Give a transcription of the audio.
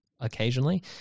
occasionally